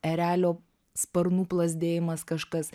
erelio sparnų plazdėjimas kažkas